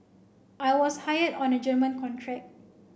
I was hired on a German contract